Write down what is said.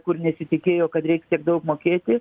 kur nesitikėjo kad reiks tiek daug mokėti